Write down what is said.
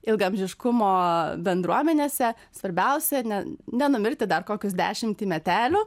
ilgaamžiškumo bendruomenėse svarbiausia ne nenumirti dar kokius dešimtį metelių